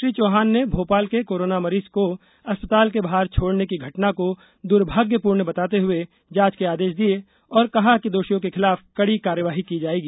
श्री चौहान ने भोपाल के कोरोना मरीज को अस्पताल के बाहर छोड़ने की घटना को दुर्भाग्यपूर्ण बताते हुए जांच के आदेश दिये और कहा कि दोषियों के खिलाफ कड़ी कार्यवाही की जायेगी